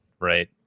right